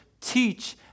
teach